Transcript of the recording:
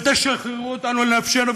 ותשחררו אותנו לנפשנו,